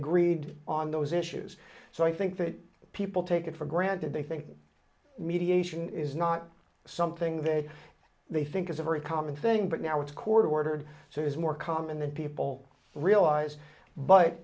agreed on those issues so i think that people take it for granted they think mediation is not something that they think is a very common thing but now it's court ordered so it's more common than people realize but